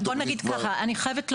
אני חייבת לומר,